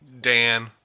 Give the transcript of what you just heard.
Dan